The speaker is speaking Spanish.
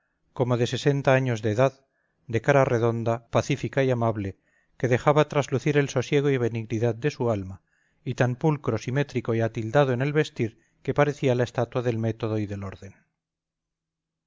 como de sesenta años de edad de cara redonda pacífica y amable que dejaba traslucir el sosiego y benignidad de su alma y tan pulcro simétrico y atildado en el vestir que parecía la estatua del método y del orden